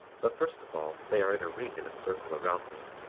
but first of all they are in a ring in a circle around me,